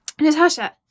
Natasha